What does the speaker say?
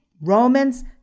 Romans